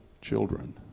children